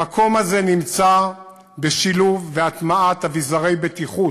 המקום הזה נמצא בשילוב והטמעת אביזרי בטיחות.